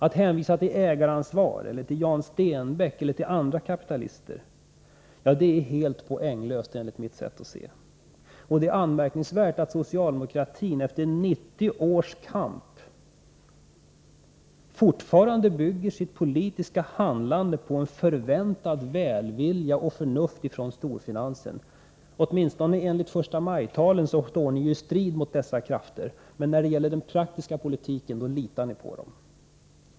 Att hänvisa till ägaransvaret eller Jan Stenbeck eller andra kapitalister är helt poänglöst enligt mitt sätt att se. Det är anmärkningsvärt att socialdemokratin efter 90 års kamp fortfarande bygger sitt politiska handlan de på en förväntad välvilja och på förnuft ifrån storfinansen. Åtminstone enligt förstamaj-talen står ni i strid med dessa krafter, men i den praktiska politiken litar ni på dem.